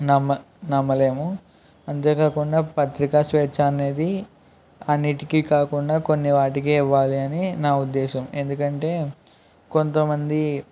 నమ్మ నమ్మలేము అంతేకాకుండా పత్రిక స్వేచ్ఛ అనేది అన్నిటికి కాకుండా కొన్ని వాటికే ఇవ్వాలి అని నా ఉద్దేశం ఎందుకంటే కొంతమంది